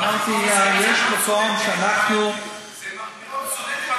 אמרתי שיש מקום שאנחנו, זה לא צודק,